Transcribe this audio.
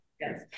Yes